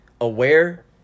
aware